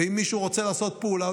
ואם מישהו רוצה לעשות פעולה,